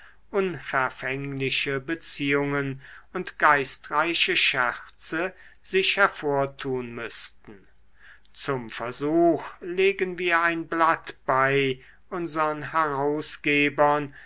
unverfängliche beziehungen und geistreiche scherze sich hervortun müßten zum versuch legen wir ein blatt bei unsern herausgebern